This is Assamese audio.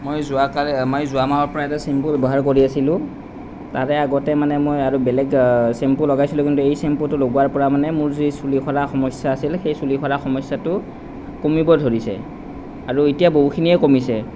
মই যোৱা কা মানে যোৱা মাহৰ পৰা এটা চেম্পু ব্যৱহাৰ কৰি আছিলোঁ তাৰে আগতে মানে মই আৰু বেলেগ চেম্পু লগাইছিলোঁ কিন্তু এই চেম্পুটো লগোৱাৰ পৰা মানে মোৰ যি চুলি সৰা সমস্যা আছিলে সেই চুলি সৰা সমস্যাটো কমিব ধৰিছে আৰু এতিয়া বহুখিনিয়ে কমিছে